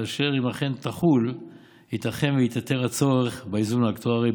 אשר אם אכן תחול ייתכן שיתייתר הצורך באיזון אקטוארי,